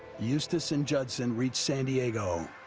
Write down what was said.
eustace and judson reach san diego.